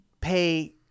pay